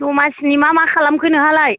दमासिनि मा मा खालामखो नोंहालाय